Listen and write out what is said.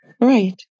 Right